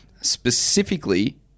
specifically